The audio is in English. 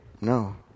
No